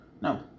no